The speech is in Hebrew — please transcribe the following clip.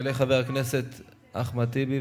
יעלה חבר הכנסת אחמד טיבי.